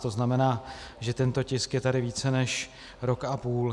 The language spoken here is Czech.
To znamená, že tento tisk je tady více než rok a půl.